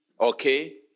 okay